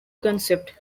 concept